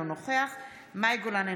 אינו נוכח מאי גולן,